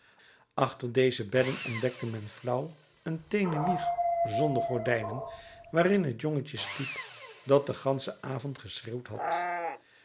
achter deze bedden ontdekte men flauw een teenen wieg zonder gordijnen waarin het jongetje sliep dat den ganschen avond geschreeuwd had